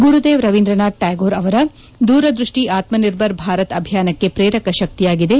ಗುರುದೇವ್ ರವೀಂದ್ರನಾಥ್ ಟ್ಯಾಗೋರ್ ಅವರ ದೂರದೃಷ್ಟಿ ಆತ್ಮನಿರ್ಭರ ಭಾರತ್ ಅಭಿಯಾನಕ್ಕೆ ಪ್ರೇರಕ ಶಕ್ತಿಯಾಗಿದೆ